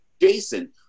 Jason